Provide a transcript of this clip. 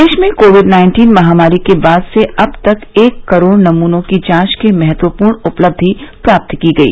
देश में covid nineteen महामारी के बाद से अब तक एक करोड़ नमूनों की जांच की महत्वपूर्ण उपलब्धि प्राप्त की गई